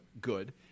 Good